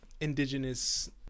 indigenous